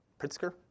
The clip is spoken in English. Pritzker